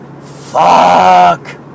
fuck